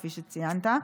כפי שציינת.